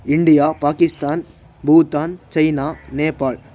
India Pakistan Bhutan China Nepal